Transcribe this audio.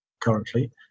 currently